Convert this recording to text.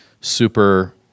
super